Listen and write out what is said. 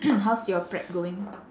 how's your prep going